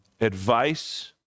advice